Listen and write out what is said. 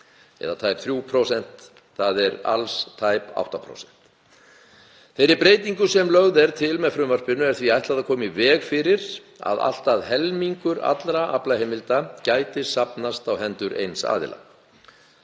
eða tæp 3%, þ.e. alls tæp 8%. Þeirri breytingu sem lögð er til með frumvarpinu er því ætlað að koma í veg fyrir að allt að helmingur allra aflaheimilda geti safnast á hendur eins aðila.